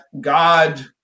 God